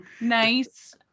nice